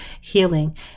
healing